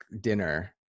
dinner